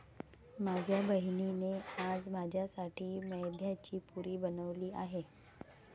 माझ्या बहिणीने आज माझ्यासाठी मैद्याची पुरी बनवली आहे